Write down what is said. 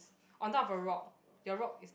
on top of the rock your rock is